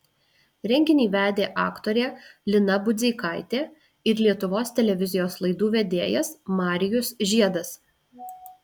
renginį vedė aktorė lina budzeikaitė ir lietuvos televizijos laidų vedėjas marijus žiedas